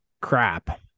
crap